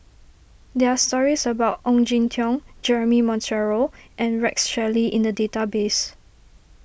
there are stories about Ong Jin Teong Jeremy Monteiro and Rex Shelley in the database